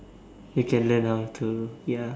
we can learn how to ya